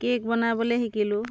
cake বনাবলৈ শিকিলোঁ